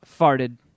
farted